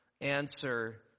answer